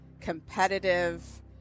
competitive